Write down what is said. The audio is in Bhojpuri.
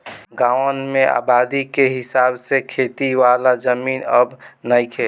गांवन में आबादी के हिसाब से खेती वाला जमीन अब नइखे